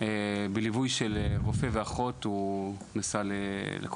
בליווי של רופא ושל אחות, הוא